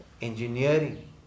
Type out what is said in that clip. Engineering